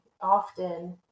often